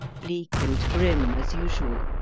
bleak and grim as usual,